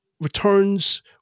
returns